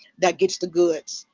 that gets the goods.